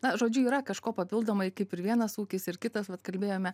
na žodžiu yra kažko papildomai kaip ir vienas ūkis ir kitas vat kalbėjome